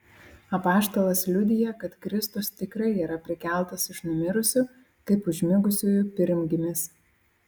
apaštalas liudija kad kristus tikrai yra prikeltas iš numirusių kaip užmigusiųjų pirmgimis